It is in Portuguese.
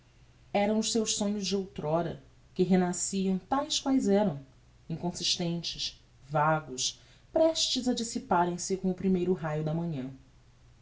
eram os seus sonhos de outr'ora que renasciam taes quaes eram inconsistentes vagos prestes a dissiparem se com o primeiro raio da manhã